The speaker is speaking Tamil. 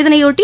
இதனையொட்டி